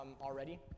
already